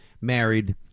married